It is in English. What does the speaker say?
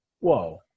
Whoa